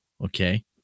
Okay